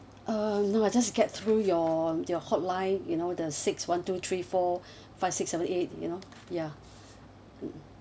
uh no I just get through your your hotline you know the six one two three four five six seven eight you know ya mm